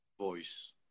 voice